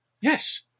Yes